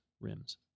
rims